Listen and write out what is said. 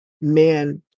man